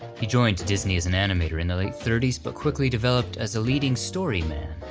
he joined disney as an animator in the late thirty s, but quickly developed as a leading story man.